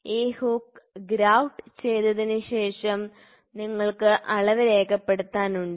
ഈ hook grout ചെയ്തതിനുശേഷം നിങ്ങൾക്ക് അളവ് രേഖപ്പെടുത്താൻ ഉണ്ട്